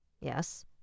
Yes